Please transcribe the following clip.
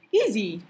easy